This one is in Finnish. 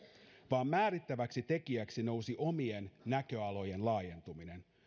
vaan määrittäväksi tekijäksi nousi omien näköalojen laajentuminen